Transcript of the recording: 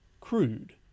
Crude